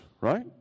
right